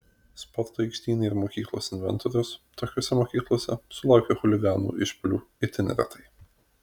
sporto aikštynai ir mokyklos inventorius tokiose mokyklose sulaukia chuliganų išpuolių itin retai